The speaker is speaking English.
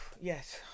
yes